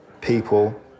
people